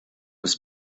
was